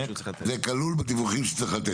יש לו שיקול דעת.